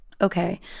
okay